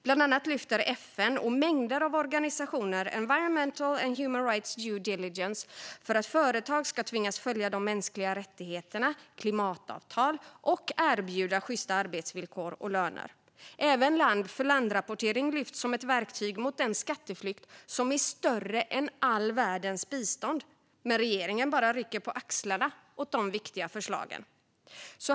Bland annat lyfter FN och mängder av organisationer fram human rights and environmental due diligence för att företag ska tvingas följa de mänskliga rättigheterna, klimatavtal och erbjuda sjysta arbetsvillkor och löner. Även land-för-land-rapportering lyfts fram som ett verktyg mot den skatteflykt som är större än all världens bistånd. Men regeringen bara rycker på axlarna åt de viktiga förslagen.